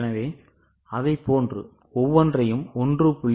எனவே அதைப்போன்று ஒவ்வொன்றையும் 1